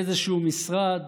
באיזשהו משרד,